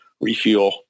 refuel